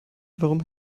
warum